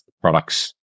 products